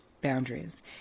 boundaries